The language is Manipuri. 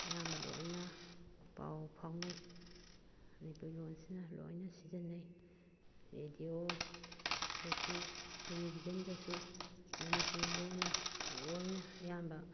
ꯑꯌꯥꯝꯕ ꯂꯣꯏꯅ ꯄꯥꯎ ꯐꯥꯎꯅꯩ ꯃꯅꯤꯄꯨꯔꯤ ꯂꯣꯟꯁꯤꯅ ꯂꯣꯏꯅ ꯁꯤꯖꯤꯟꯅꯩ ꯔꯦꯗꯤꯑꯣꯗꯁꯨ ꯇꯤꯂꯤꯚꯤꯖꯟꯗꯁꯨ ꯃꯅꯤꯄꯨꯔ ꯂꯣꯟꯅ ꯂꯣꯏꯅ ꯑꯌꯥꯝꯕ